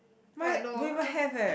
how I know uh